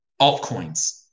altcoins